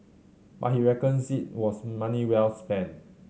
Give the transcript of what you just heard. but he reckons it was money well spent